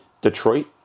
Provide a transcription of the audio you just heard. Detroit